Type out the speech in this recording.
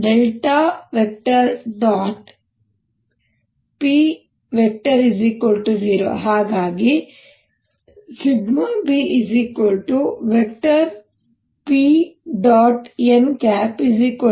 P0 ಹಾಗಾಗಿ bP